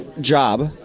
job